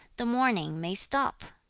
the mourning may stop